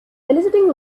eliciting